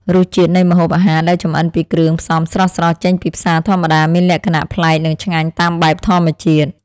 រសជាតិនៃម្ហូបអាហារដែលចម្អិនពីគ្រឿងផ្សំស្រស់ៗចេញពីផ្សារធម្មតាមានលក្ខណៈប្លែកនិងឆ្ងាញ់តាមបែបធម្មជាតិ។